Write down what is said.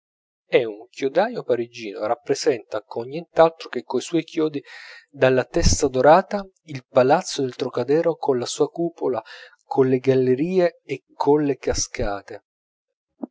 e un chiodaio parigino rappresenta con nient'altro che coi suoi chiodi dalla testa dorata il palazzo del trocadero colla sua cupola colle gallerie e colla cascata